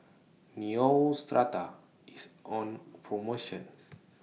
Neostrata IS on promotion